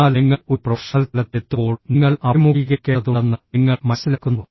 എന്നാൽ നിങ്ങൾ ഒരു പ്രൊഫഷണൽ തലത്തിലെത്തുമ്പോൾ നിങ്ങൾ അഭിമുഖീകരിക്കേണ്ടതുണ്ടെന്ന് നിങ്ങൾ മനസ്സിലാക്കുന്നു